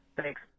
Thanks